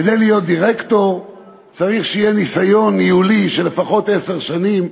כדי להיות דירקטור צריך שיהיה לאדם ניסיון ניהולי של לפחות עשר שנים.